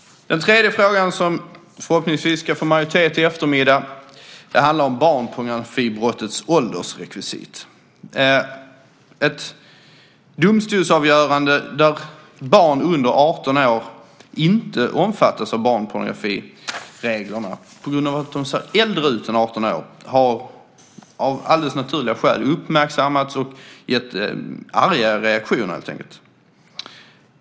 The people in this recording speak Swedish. Den tredje frågan som förhoppningsvis ska få majoritet i eftermiddag handlar om barnpornografibrottets åldersrekvisit. Ett domstolsavgörande där barn under 18 år inte omfattas av barnpornografireglerna på grund av att de ser äldre ut än 18 år har av alldeles naturliga skäl uppmärksammats och gett arga reaktioner.